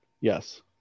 Yes